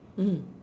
mm